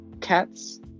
cats